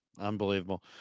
Unbelievable